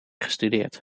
gestudeerd